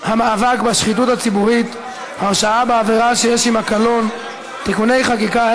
המאבק בשחיתות הציבורית (הרשעה בעבירה שיש עימה קלון) (תיקוני חקיקה),